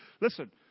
Listen